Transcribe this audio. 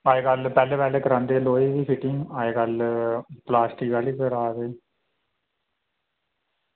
अजकल पैह्लें पैह्लें करांदे हे लोग अज्जकल प्लॉस्टिक आह्ली करा दे